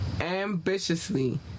Ambitiously